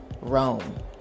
Rome